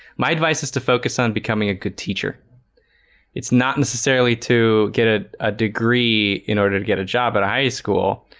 my advice is to focus on becoming a good teacher it's not necessarily to get a a degree in order to get a job at a high school,